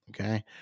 Okay